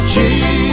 Jesus